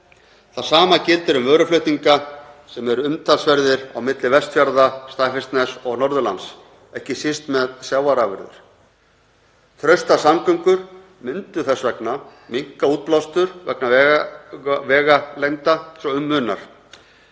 Það sama gildir um vöruflutninga sem eru umtalsverðir á milli Vestfjarða, Snæfellsness og Norðurlands, ekki síst með sjávarafurðir. Traustar samgöngur myndu þess vegna minnka útblástur vegalengda svo um munaði.